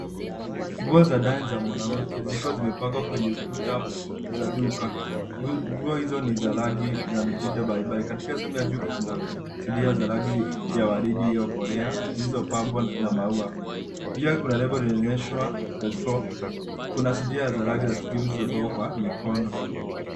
Nguo za ndani za mwanamke zikiwa zimepangwa kwenye ukuta za duka. Nguo hizo ni za rangi na mitindo mbalimbali. Katika sehemu ya juu kuna sindiria za rangi ya waridi iliyokolea zilizopambwa na maua. Juu kuna lebo zilizoonyeshwa lessfour kuna sindiria za rangi ya kijivu zilizopangwa kwa mikono.